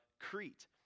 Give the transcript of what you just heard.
Crete